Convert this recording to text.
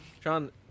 John